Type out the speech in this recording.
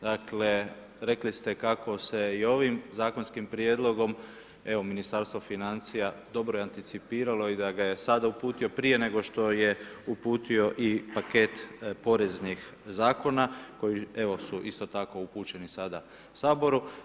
Dakle rekli ste kako se i ovim zakonskim prijedlogom evo Ministarstvo financija dobro anticipiralo i da ga je sada uputio prije nego što je uputio i paket poreznih zakona koji evo su isto tako upućeni sada Saboru.